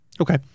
Okay